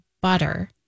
butter